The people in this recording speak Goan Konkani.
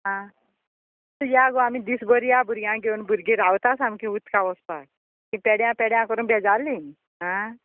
आं या गो आमी दीसभर या भुरग्यां घेवन भुरगीं रावता सामकी उतका वचपाक ती पेड्या पेड्या करून बेजाल्ली आं